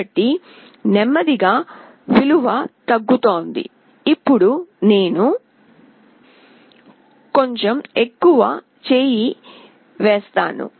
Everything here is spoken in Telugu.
కాబట్టి నెమ్మదిగా విలువ తగ్గుతోంది ఇప్పుడు నేను కొంచెం ఎక్కువ చేయి వేస్తున్నాను